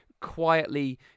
quietly